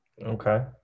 Okay